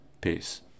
Peace